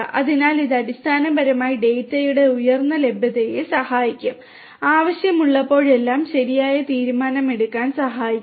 അതിനാൽ ഇത് അടിസ്ഥാനപരമായി ഡാറ്റയുടെ ഉയർന്ന ലഭ്യതയെ സഹായിക്കും ആവശ്യമുള്ളപ്പോഴെല്ലാം ശരിയായ തീരുമാനമെടുക്കാൻ സഹായിക്കും